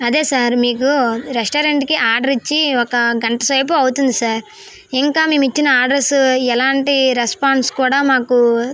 అదే సార్ మీకు రెస్టారెంట్కి ఆర్డర్ ఇచ్చి ఒక గంట సేపు అవుతుంది సార్ ఇంకా మేము ఇచ్చిన ఆర్డర్స్ ఎలాంటి రెస్పాన్స్ కూడా మాకు